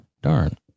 darn